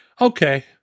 Okay